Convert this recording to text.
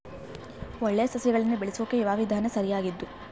ಒಳ್ಳೆ ಸಸಿಗಳನ್ನು ಬೆಳೆಸೊಕೆ ಯಾವ ವಿಧಾನ ಸರಿಯಾಗಿದ್ದು?